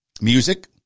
music